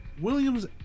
Williams